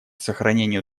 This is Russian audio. сохранению